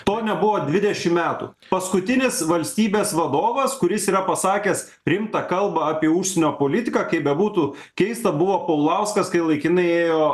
to nebuvo dvidešimt metų paskutinis valstybės vadovas kuris yra pasakęs rimtą kalbą apie užsienio politiką kaip bebūtų keista buvo paulauskas kai laikinai ėjo